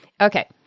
Okay